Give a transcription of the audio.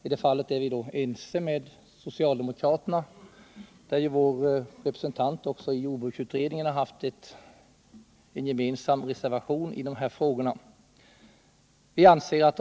I det fallet är vi överens med socialdemokraterna, och vår representant i jordbruksutredningen har anslutit sig till den socialdemokratiska reservationen i dessa frågor.